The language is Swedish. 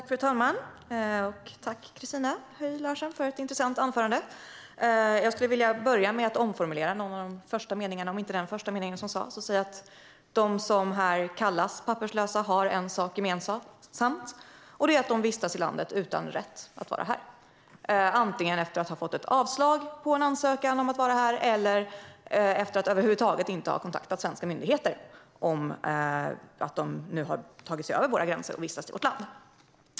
Fru talman! Tack, Christina Höj Larsen, för ett intressant anförande! Jag skulle vilja börja med att omformulera en av de första meningarna som sas. De som här kallas papperslösa har en sak gemensamt, nämligen att de vistas i landet utan rätt att vara här. De har antingen fått avslag på en ansökan om att vara här eller över huvud taget inte kontaktat svenska myndigheter om att de har tagit sig över våra gränser och nu vistas i vårt land.